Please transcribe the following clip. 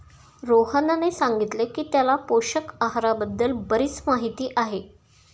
रोहनने सांगितले की त्याला पोषक आहाराबद्दल बरीच माहिती आहे